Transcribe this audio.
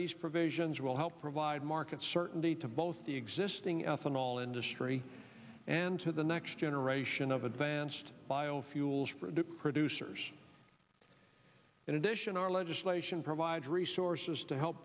these provisions will help provide market certainty to both the existing ethanol industry and to the next generation of advanced biofuels producers in addition our legislation provides resources to help